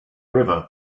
river